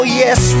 yes